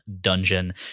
dungeon